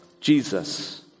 Jesus